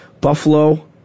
Buffalo